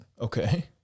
Okay